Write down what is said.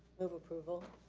move approval.